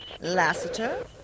Lassiter